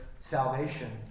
salvation